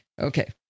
Okay